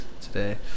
today